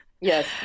Yes